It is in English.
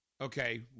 Okay